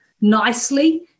nicely